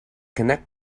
connect